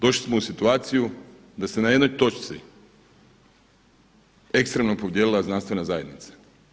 Došli smo u situaciju da se na jednoj točci ekstremno podijelila znanstvena zajednica.